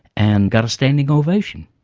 and got a standing ovation.